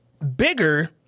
bigger